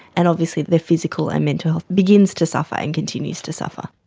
and obviously their physical and mental health begins to suffer and continues to suffer.